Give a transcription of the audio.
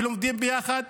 ולומדים ביחד.